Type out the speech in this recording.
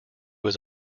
was